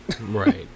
Right